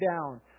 down